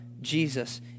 Jesus